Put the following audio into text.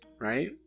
right